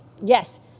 Yes